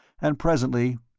and presently